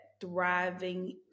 thriving